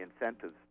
incentives